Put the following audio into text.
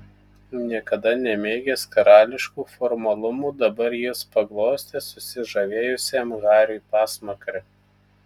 niekada nemėgęs karališkų formalumų dabar jis paglostė susižavėjusiam hariui pasmakrę